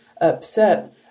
upset